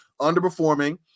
underperforming